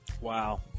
Wow